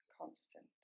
constant